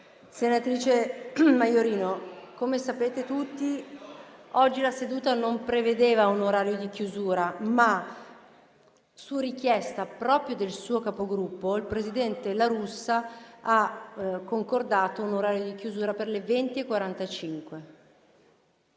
Senatrice Maiorino, come sapete tutti, oggi la seduta non prevedeva un orario di chiusura, ma, proprio su richiesta del suo Capogruppo, il presidente La Russa ha concordato un orario di chiusura per le ore 20,45.